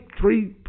Three